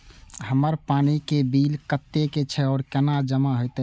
हमर पानी के बिल कतेक छे और केना जमा होते?